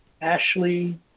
Ashley